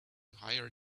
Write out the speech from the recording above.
hire